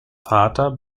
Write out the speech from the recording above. vater